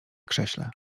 krześle